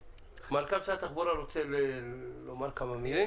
מנכ"ל משרד התחבורה רוצה לומר כמה מילים.